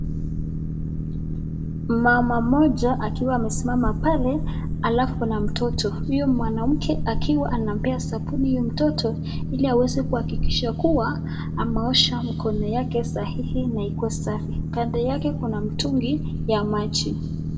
Mama mmoja akiwa amesimama pale halafu kuna mtoto, huyo mwanamke akiwa anampea sabuni mtoto ili aweze kuhakikisha kuwa ameosha mkono yake sahihi na ikuwe safi. Kando yake kuna mtungi ya maji.